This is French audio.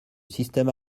système